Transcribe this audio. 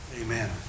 Amen